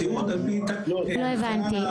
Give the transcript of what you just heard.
לא הבנתי.